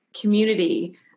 community